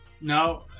No